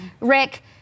Rick